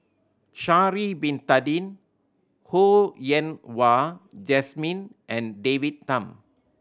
Sha'ari Bin Tadin Ho Yen Wah Jesmine and David Tham